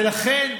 לכן,